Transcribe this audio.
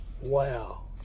Wow